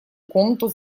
комнату